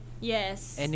Yes